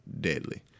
deadly